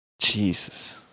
Jesus